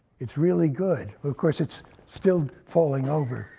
it's really good. of course, it's still falling over.